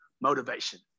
motivation